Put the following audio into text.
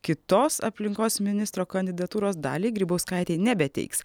kitos aplinkos ministro kandidatūros daliai grybauskaitei nebeteiks